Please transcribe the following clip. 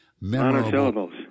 monosyllables